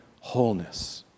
wholeness